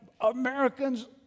Americans